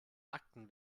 akten